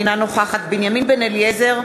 אינה נוכחת בנימין בן-אליעזר,